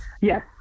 Yes